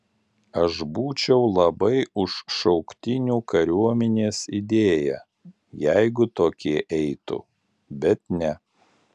aš būčiau labai už šauktinių kariuomenės idėją jeigu tokie eitų bet ne